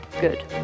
Good